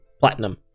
platinum